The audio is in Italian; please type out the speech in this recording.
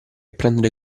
prendere